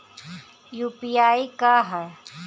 UPI का ह?